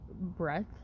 breath